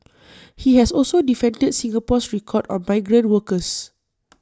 he has also defended Singapore's record on migrant workers